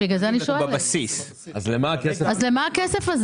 אז למה הכסף הזה